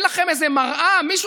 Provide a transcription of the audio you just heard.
אין לכם איזו מראה?